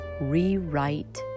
rewrite